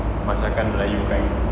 masakan melayu kind